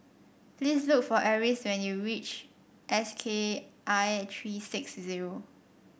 please look for Eris when you reach S K I three six zero